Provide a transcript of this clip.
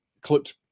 clipped